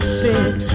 fix